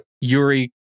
Yuri